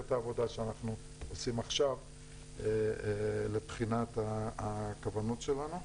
העבודה שאנחנו עושים עכשיו לבחינת הכוונות שלנו.